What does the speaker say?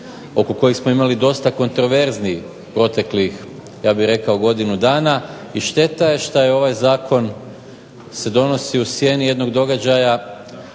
oko kojih smo imali dosta kontroverzi proteklih, ja bih rekao godinu dana, i šteta je što ovaj zakon se donosi u sjeni jednog događaja